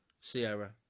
Sierra